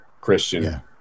christian